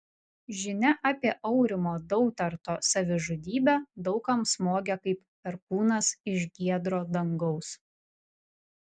žinia apie aurimo dautarto savižudybę daug kam smogė kaip perkūnas iš giedro dangaus